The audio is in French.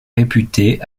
réputé